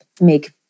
make